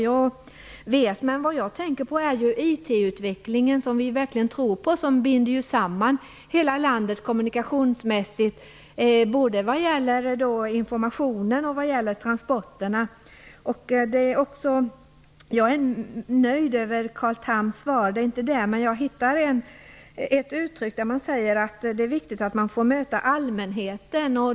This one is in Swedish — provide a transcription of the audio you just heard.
Jag tänker här också på IT-utvecklingen, som vi verkligen tror på och som binder samman hela landet kommunikationsmässigt vad gäller både informationer och transporter. Jag är nöjd med Carl Thams svar, men jag har uppmärksammat en passus i detta där det heter att det är viktigt att man får möta allmänheten.